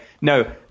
no